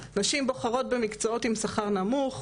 נשים בוחרות במקצועות עם שכר נמוך,